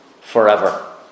forever